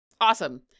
Awesome